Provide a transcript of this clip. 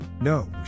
No